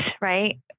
right